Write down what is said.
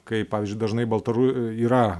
kaip pavyzdžiui dažnai baltaru yra